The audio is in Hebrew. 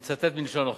אני מצטט מלשון החוק: